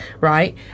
right